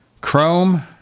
Chrome